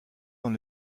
dans